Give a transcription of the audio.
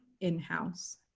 in-house